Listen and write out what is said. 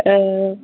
ओ